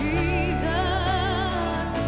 Jesus